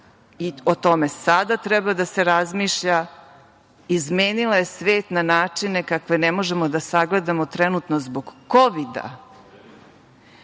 i o tome sada treba da se razmišlja, izmenila je svet na načine kakve ne možemo da sagledamo trenutno zbog Kovida.